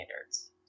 standards